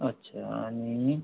अच्छा आणि मी